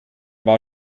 war